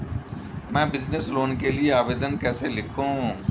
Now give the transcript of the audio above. मैं business loan के लिए आवेदन कैसे लिखूँ?